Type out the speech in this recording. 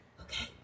Okay